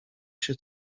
się